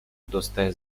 dostaję